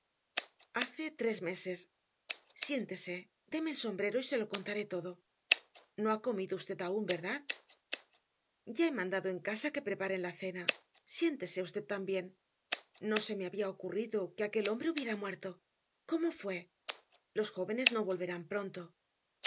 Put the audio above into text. hace tres meses siéntese deme el sombrero y se lo contaré todo no ha comido usted aún verdad ya he mandado en casa que preparen cena siéntese usted también no se me había ocurrido que aquel hombre hubiera muerto cómo fue los jóvenes no volverán pronto